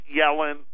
Yellen